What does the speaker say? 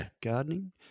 gardening